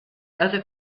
other